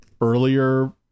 earlier